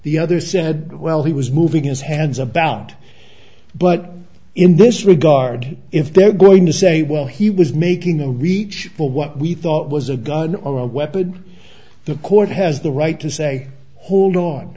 the other said well he was moving his hands about but in this regard if they're going to say well he was making a reach for what we thought was a gun or a weapon the court has the right to say hold on